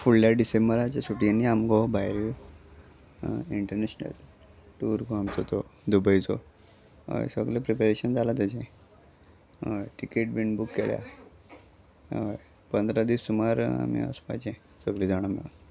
फुडल्या डिसेंबराच्या सुटयेनी आमगो भायर इंटरनॅशनल टूर गो आमचो तो दुबयचो हय सगळें प्रिपेरेशन जालां तेजें हय टिकेट बीन बूक केल्या हय पंदरा दीस सुमार आमी वचपाचे सगळीं जाणां मेळोन